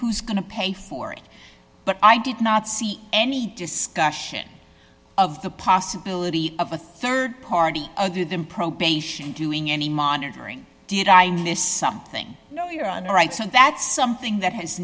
who's going to pay for it but i did not see any discussion of the possibility of a rd party other than probation doing any monitoring did i miss something you know you're on the rights and that's something that has